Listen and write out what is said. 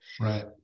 Right